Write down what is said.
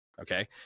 Okay